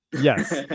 yes